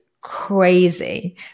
crazy